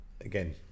again